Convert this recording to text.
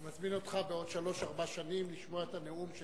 אני מזמין אותך בעוד שלוש-ארבע שנים לשמוע את הנאום של